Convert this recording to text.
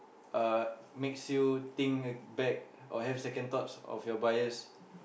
uh makes you think back or have second thoughts of your bias